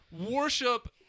worship